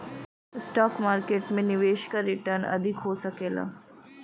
stock market में निवेश क रीटर्न अधिक हो सकला